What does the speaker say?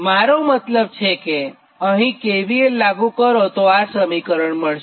મારો મતલબ છે કે જો અહીં કેવીએલ લાગુ કરો તો આ સમીકરણ મળશે